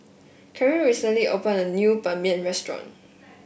Caryn recently opened a new Ban Mian restaurant